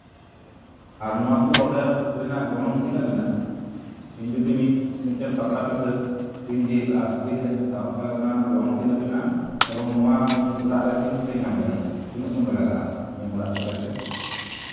ᱟᱨ ᱱᱚᱣᱟ ᱠᱚ ᱚᱰᱟᱨ ᱨᱮᱱᱟᱝ ᱜᱚᱱᱚᱝ ᱛᱤᱱᱟᱹᱜ ᱢᱮᱱᱟᱜᱼᱟ ᱤᱧ ᱡᱩᱫᱤ ᱢᱤᱫᱴᱮᱱ ᱯᱟᱛᱲᱟ ᱯᱤᱴᱷᱟᱹ ᱥᱤᱢᱡᱤᱞ ᱟᱨ ᱥᱩᱠᱨᱤᱡᱤᱞᱟᱜ ᱤᱧ ᱦᱟᱛᱟᱣ ᱛᱟᱦᱚᱞᱮ ᱚᱱᱟ ᱨᱮᱱᱟᱜ ᱜᱚᱱᱚᱝ ᱛᱤᱱᱟᱹᱜ ᱢᱮᱱᱟᱜᱼᱟ ᱮᱵᱚᱝ ᱱᱚᱣᱟ ᱤᱧ ᱚᱲᱟᱜ ᱨᱮ ᱛᱤᱱ ᱠᱚᱛᱮᱧ ᱧᱟᱢ ᱫᱟᱲᱮᱭᱟᱜᱼᱟ ᱛᱤᱱᱟᱹᱜ ᱥᱚᱢᱚᱭ ᱞᱟᱜᱟᱜᱼᱟ ᱤᱧᱟᱹᱜ ᱚᱲᱟᱜ ᱥᱮᱴᱮᱨ ᱛᱮ